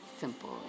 simple